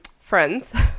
Friends